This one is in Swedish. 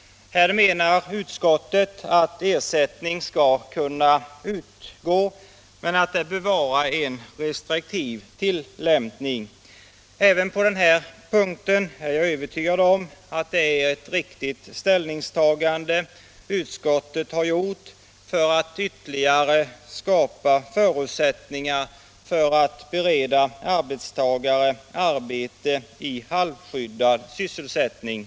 Här anser utskottet att ersättning skall kunna utgå men att det bör vara en restriktiv tillämpning. Även på den punkten är jag övertygad om att utskottets ställningstagande är riktigt, eftersom det skapar förutsättningar att bereda arbetstagare arbete i halvskyddad sysselsättning.